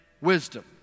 wisdom